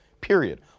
period